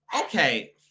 okay